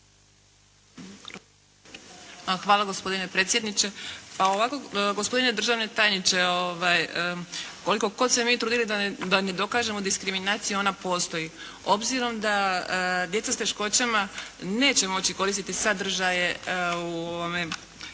Hvala gospodine predsjedniče. Pa ovako gospodine državni tajniče. Koliko god se mi trudili da ne dokažemo diskriminaciju ona postoji. Obzirom da djeca s teškoćama neće moći koristiti sadržaje u bilo